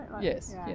Yes